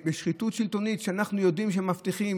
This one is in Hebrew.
שחיתות שלטונית, אנחנו יודעים שמבטיחים.